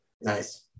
Nice